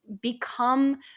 become